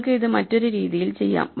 നിങ്ങൾക്ക് ഇത് മറ്റൊരു രീതിയിൽ ചെയ്യാം